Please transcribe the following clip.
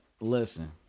listen